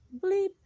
bleep